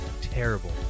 Terrible